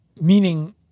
meaning